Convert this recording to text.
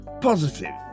positive